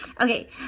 Okay